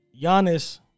Giannis